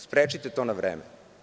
Sprečite to na vreme.